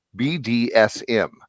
BDSM